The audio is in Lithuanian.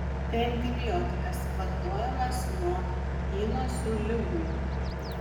tai antibiotikas vartojamas nuo įnosių ligų